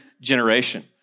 generation